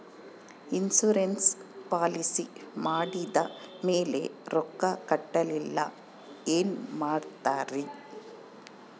Insurance policy ಮಾಡಿದ ಮೇಲೆ ರೊಕ್ಕ ಕಟ್ಟಲಿಲ್ಲ ಏನು ಮಾಡುತ್ತೇರಿ?